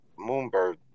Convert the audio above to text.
Moonbird